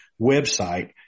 website